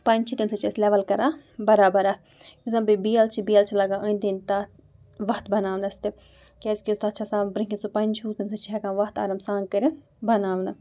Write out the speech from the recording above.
پَن چھُ تٔمۍ سۭتۍ چھِ أسۍ لیٚول کران برابر اَتھ یُس زَن بیٚیہِ بیل چھُ بیل چھُ لگان أندۍ أندۍ تَتھ وَتھ بَناونَس تہِ کیازِ کہِ تَتھ چھُ آسان برونٛہہ کِنۍ سُہ پَنجہٕ ہیٚو تَمہِ سۭتۍ چھِ ہیٚکان وَتھ آرام سان کٔرِتھ بَناونہٕ